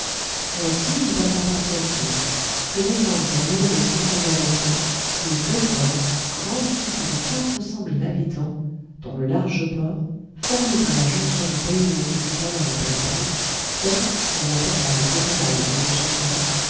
ainsi il passa par tien tsin que défendent un mur de circonvallation et deux forts grande cité de quatre cent mille habitants dont le large port formé par la jonction du peï ho et du canal impérial fait en important des cotonnades de manchester